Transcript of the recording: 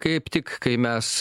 kaip tik kai mes